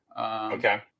Okay